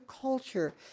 culture